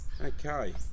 Okay